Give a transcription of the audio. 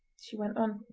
she went on.